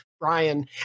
Brian